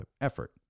effort